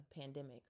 pandemic